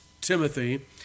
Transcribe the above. Timothy